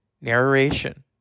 narration